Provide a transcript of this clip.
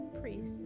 priests